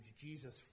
Jesus